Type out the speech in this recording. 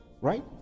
right